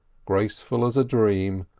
graceful as a dream,